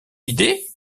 idée